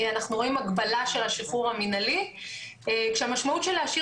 אנחנו רואים הגבלה של השחרור המינהלי כשהמשמעות של להשאיר